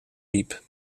diep